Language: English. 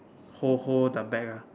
hold hold the bag ah